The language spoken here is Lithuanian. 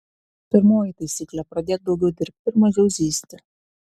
pirmoji taisyklė pradėk daugiau dirbti ir mažiau zyzti